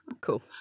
cool